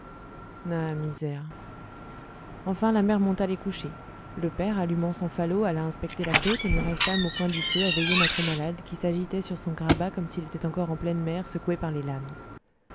ah misère enfin la mère monta les coucher le père allumant son falot alla inspecter la côte et nous restâmes au coin du feu à veiller notre malade qui s'agitait sur son grabat comme s'il était encore en pleine mer secoué par les lames